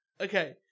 okay